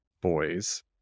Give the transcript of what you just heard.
boys